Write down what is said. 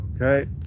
Okay